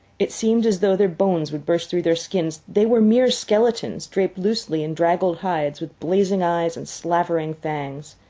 it seemed as though their bones would burst through their skins. they were mere skeletons, draped loosely in draggled hides, with blazing eyes and slavered fangs.